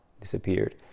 disappeared